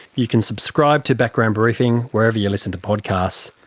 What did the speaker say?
you can subscribe to background briefing wherever you listen to podcasts,